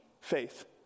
faith